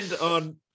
on